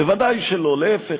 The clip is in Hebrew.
ודאי שלא, להפך.